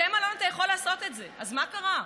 בבתי מלון אתה יכול לעשות את זה, אז מה קרה?